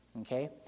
okay